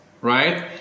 right